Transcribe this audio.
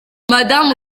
madamu